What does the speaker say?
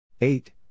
Eight